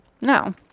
No